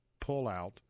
pullout